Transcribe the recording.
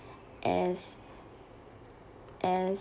as as